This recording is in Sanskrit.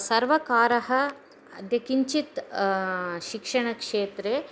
सर्वकारः अद्य किञ्चित् शिक्षणक्षेत्रे